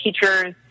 teachers